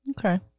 Okay